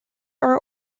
are